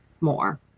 more